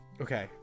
Okay